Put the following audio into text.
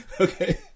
Okay